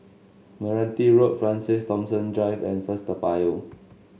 Meranti Road Francis Thomas Drive and First Toa Payoh